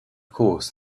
course